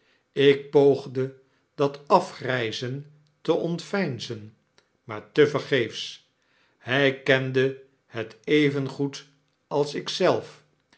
ik poogde dat afgrijzen te ontveinzen maar tevergeefs hij kende het evengoed als ik zelf